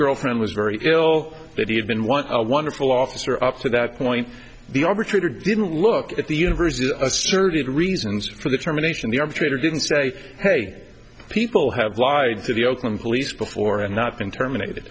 girlfriend was very ill that he had been want a wonderful officer up to that point the arbitrator didn't look at the university asserted reasons for the terminations the arbitrator didn't say hey people have lied to the oakland police before and not been terminated